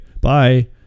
bye